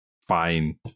Fine